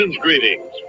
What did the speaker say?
Greetings